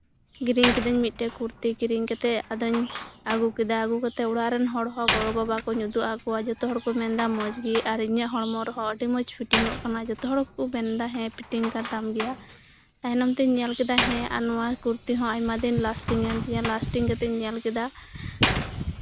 ᱠᱤᱨᱤᱧ ᱠᱤᱫᱟᱹᱧ ᱢᱤᱫᱴᱮᱱ ᱠᱩᱨᱛᱤ ᱠᱤᱨᱤᱧ ᱠᱟᱛᱮᱫ ᱟᱫᱚᱧ ᱟᱹᱜᱩ ᱠᱮᱫᱟ ᱟᱹᱜᱩ ᱠᱟᱛᱮᱫ ᱚᱲᱟᱜ ᱨᱮᱱ ᱦᱚᱲᱦᱚᱸ ᱜᱚᱜᱚ ᱵᱟᱵᱟ ᱠᱚᱧ ᱩᱫᱩᱜ ᱟᱫ ᱠᱚᱣᱟ ᱡᱚᱛᱚ ᱦᱚᱲᱠᱚ ᱢᱮᱱ ᱮᱫᱟ ᱢᱚᱸᱡᱽ ᱜᱮ ᱟᱨ ᱤᱧᱟᱹᱜ ᱦᱚᱲᱢᱚ ᱨᱮᱦᱚᱸ ᱟᱹᱰᱤ ᱢᱚᱸᱡᱽ ᱯᱷᱤᱴᱤᱝ ᱚᱜ ᱠᱟᱱᱟ ᱡᱚᱛᱚ ᱦᱚᱲ ᱠᱚ ᱢᱮᱱ ᱮᱫᱟ ᱦᱮᱸ ᱯᱷᱤᱴᱤᱝ ᱟᱠᱟᱱ ᱛᱟᱢ ᱜᱮᱭᱟ ᱛᱟᱭᱚᱢ ᱛᱤᱧ ᱧᱮᱞ ᱠᱮᱫᱟ ᱦᱮᱸ ᱟᱨ ᱱᱚᱶᱟ ᱠᱩᱨᱛᱤᱦᱚᱸ ᱟᱭᱢᱟᱫᱤᱱ ᱞᱟᱥᱴᱤᱝ ᱮᱱ ᱛᱤᱧᱟᱹ ᱞᱟᱥᱴᱤᱝ ᱠᱟᱛᱮᱫ ᱤᱧ ᱧᱮᱞ ᱠᱮᱫᱟ